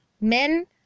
Men